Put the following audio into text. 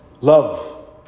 love